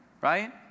Right